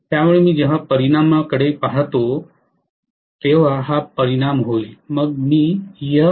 त्यामुळे मी जेव्हा परिणामांकडे पाहत असतो तेव्हा हा परिणाम होईल